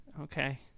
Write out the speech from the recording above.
Okay